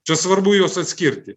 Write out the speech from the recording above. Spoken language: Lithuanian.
čia svarbu juos atskirti